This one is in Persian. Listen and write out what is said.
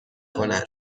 کند